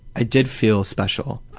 i did feel special.